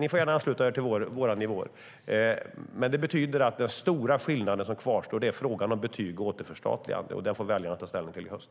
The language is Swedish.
ni får gärna ansluta er till våra nivåer. Det betyder dock att den stora skillnaden som kvarstår är frågan om betyg och om återförstatligande, och den får väljarna ta ställning till i höst.